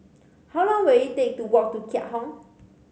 how long will it take to walk to Keat Hong